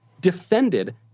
defended